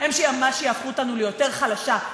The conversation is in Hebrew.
הם מה שיהפכו אותה ליותר חלשה.